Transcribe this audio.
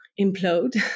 implode